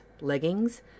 leggings